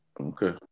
Okay